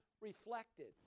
reflected